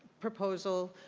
proposal.